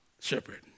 shepherd